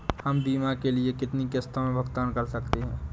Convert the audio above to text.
हम बीमा के लिए कितनी किश्तों में भुगतान कर सकते हैं?